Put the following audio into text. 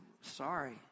sorry